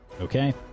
Okay